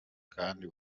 kandi